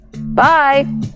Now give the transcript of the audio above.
Bye